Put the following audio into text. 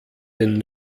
den